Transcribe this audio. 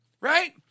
Right